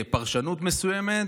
פרשנות מסוימת,